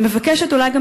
ומבקשת אולי גם,